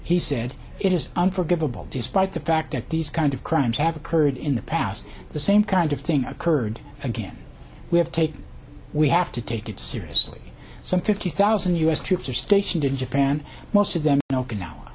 he said it is unforgivable despite the fact that these kinds of crimes have occurred in the past the same kind of thing occurred again we have taken we have to take it seriously some fifty thousand u s troops are stationed in japan most of them in okinawa